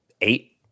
eight